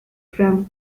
from